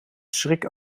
schrik